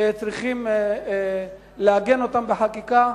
צריך לעגן אותם בחקיקה,